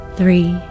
three